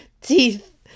teeth